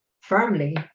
firmly